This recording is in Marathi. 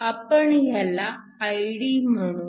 आपण ह्याला Id म्हणू